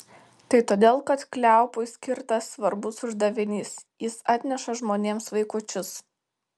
tai todėl kad kleopui skirtas svarbus uždavinys jis atneša žmonėms vaikučius